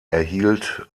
erhielt